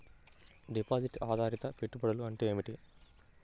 Deposit ఆధారిత పెట్టుబడులు అంటే ఏమిటి?